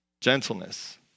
gentleness